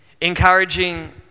encouraging